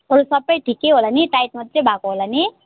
अरू सबै ठिकै होला नि टाइट मात्रै भएको होला नि